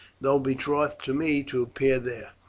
though betrothed to me, to appear there.